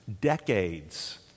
decades